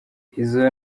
izo